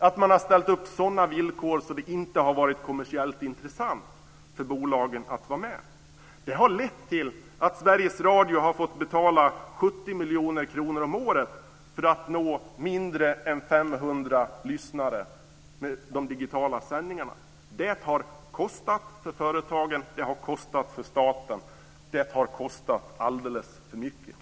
De har ställt upp sådana villkor att det inte har varit kommersiellt intressant för dess bolag att vara med. Det har lett till att Sveriges Radio har fått betala 70 miljoner kronor om året för att nå mindre än 500 lyssnare med de digitala sändningarna. Det har kostat för företagen, det har kostat för staten, och det har kostat alldeles för mycket.